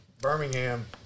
Birmingham